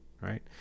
right